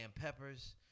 peppers